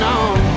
on